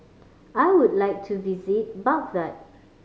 I would like to visit Baghdad